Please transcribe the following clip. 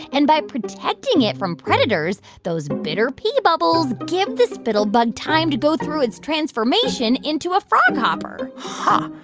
and by protecting it from predators, those bitter pee bubbles give the spittlebug time to go through its transformation into a froghopper huh.